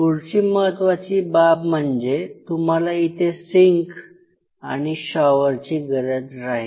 पुढची महत्वाची बाब म्हणजे तुम्हाला इथे सिंक आणि शॉवर ची गरज राहील